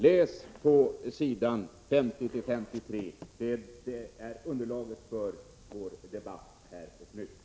Läs s. 50-53 i propositionen! Det är underlaget för vår debatt här och nu.